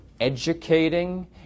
educating